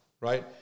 right